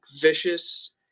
vicious